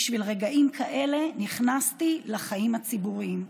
בשביל רגעים כאלה נכנסתי לחיים הציבוריים.